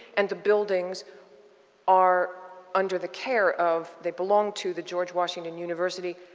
and the buildings are under the care of they belong to the george washington university.